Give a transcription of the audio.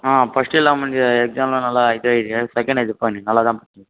ஆ first எல்லாம் முடிஞ்ச எக்ஸாமெலாம் நல்லா இது எழுதிருக்கேன் செகண்ட் இது பண்ணி நல்லா தான் பண்ணி